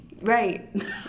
Right